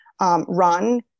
run